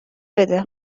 بده